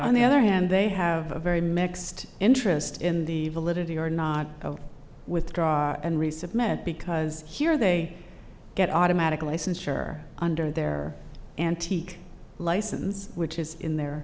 on the other hand they have a very mixed interest in the validity or not i'll withdraw and resubmit because here they get automatic license share under their antique license which is in their